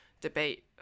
debate